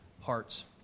hearts